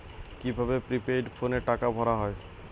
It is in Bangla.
কি ভাবে প্রিপেইড ফোনে টাকা ভরা হয়?